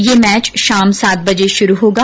यह मैच शाम सात बजे शुरु होगा